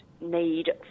need